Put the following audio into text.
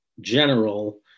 general